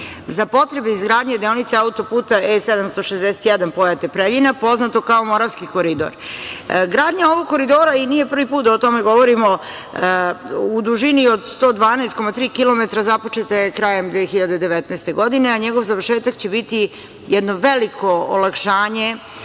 za potrebe izgradnje deonice auto-puta E-761 Pojate – Preljina, poznato kao Moravski koridor. Gradnja ovog koridora, i nije prvi put da o tome govorimo, u dužini od 112,3 kilometara započeta je krajem 2019. godine, a njegov završetak će biti jedno veliko olakšanja